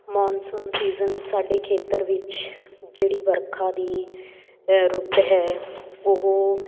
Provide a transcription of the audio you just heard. monsoon season ਸਾਡੇ ਖੇਤਰ ਵਿੱਚ ਜਿਹੜੀ ਵਰਖਾ ਦੀ ਰੁੱਤ ਹੈ ਉਹ